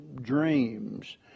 dreams